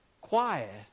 Quiet